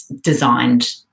designed